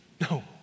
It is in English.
No